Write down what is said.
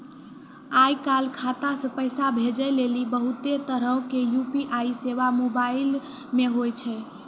आय काल खाता से पैसा भेजै लेली बहुते तरहो के यू.पी.आई सेबा मोबाइल मे होय छै